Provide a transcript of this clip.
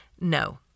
No